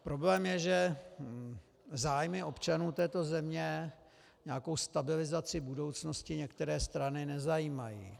Problém je, že zájmy občanů této země, nějaká stabilizace budoucnosti některé strany nezajímají.